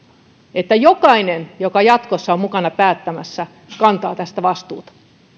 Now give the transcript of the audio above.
että jokainen joka jatkossa on mukana päättämässä kantaa tästä vastuuta